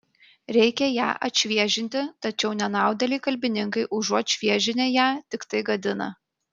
reikia ją atšviežinti tačiau nenaudėliai kalbininkai užuot šviežinę ją tiktai gadina